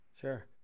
Sure